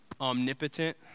omnipotent